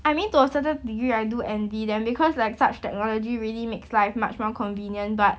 I mean to a certain degree I do envy them because like such technology really makes life much more convenient but